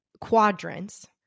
quadrants